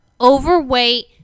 overweight